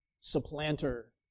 supplanter